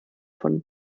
von